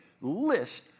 list